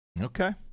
Okay